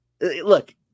Look